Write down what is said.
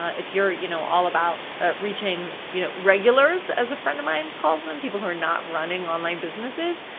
if you're you know all about ah reaching you know regulars, as a friend of mine calls them, people who are not running online businesses,